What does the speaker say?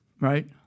Right